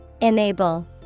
Enable